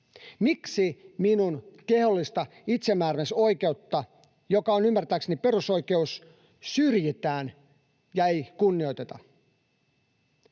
Miksi minun kehollista itsemääräämisoikeuttani, joka on ymmärtääkseni perusoikeus, syrjitään eikä kunnioiteta?